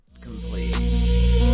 Complete